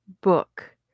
book